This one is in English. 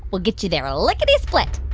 we'll get you there lickety-split.